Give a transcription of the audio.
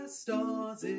stars